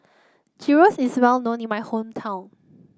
gyros is well known in my hometown